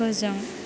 फोजों